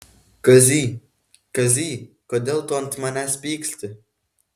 kazy kazy kodėl tu ant manęs pyksti